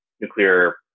nuclear